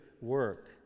work